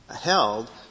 held